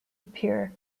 appear